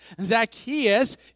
Zacchaeus